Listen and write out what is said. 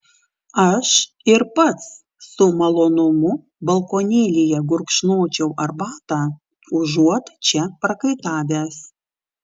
aš ir pats su malonumu balkonėlyje gurkšnočiau arbatą užuot čia prakaitavęs